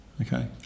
Okay